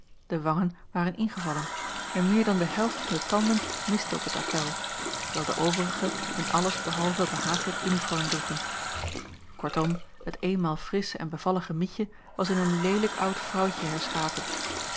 de wangen waren ingevallen en meer dan de helft van de tanden miste op t appèl terwijl de overige een alles behalve behaaglijk uniform droegen kortom het eenmaal frissche en bevallige mietje was in een leelijk oud vrouwtje herschapen